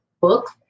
books